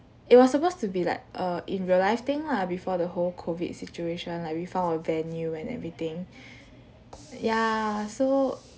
it was supposed to be like err in real life thing lah before the whole COVID situation like we found a venue and everything yeah so